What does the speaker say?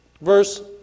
Verse